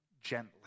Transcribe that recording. gently